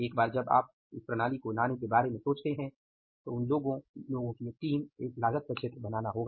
एक बार जब आप इस प्रणाली को लाने के बारे में सोचते हैं तो उन लोगों लोगों की एक टीम एक लागत प्रक्षेत्र बनाना होगा